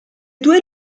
due